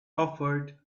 offered